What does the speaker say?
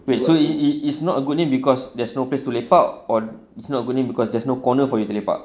wait so it it's not a good name cause there's no place to lepak or it's not a good name cause there's no corner for you to lepak